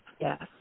Yes